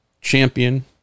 champion